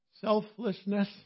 selflessness